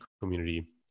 community